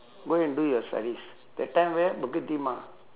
go and do your studies that time where bukit timah